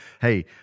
Hey